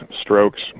strokes